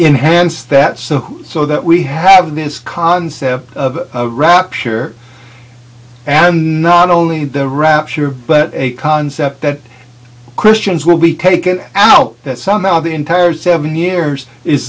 so so that we have this concept of rapture not only the rapture but a concept that christians will be taken out that somehow the entire seven years is